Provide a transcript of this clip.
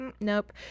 Nope